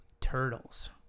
Turtles